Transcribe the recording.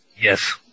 Yes